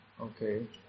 Okay